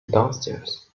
downstairs